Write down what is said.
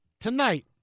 Tonight